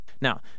Now